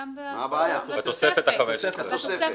התהליך, בתוספת ה-15.